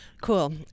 Cool